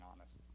honest